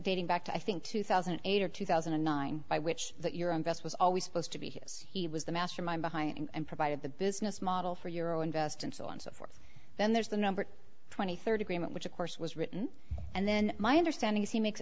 dating back to i think two thousand and eight or two thousand and nine by which that your invest was always supposed to be he was the mastermind behind and provided the business model for euro invest insolence of course then there's the number twenty third agreement which of course was written and then my understanding is he makes